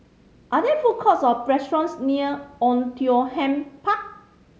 are there food courts or restaurants near Oei Tiong Ham Park